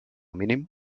mínim